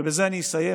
ובזה אני אסיים,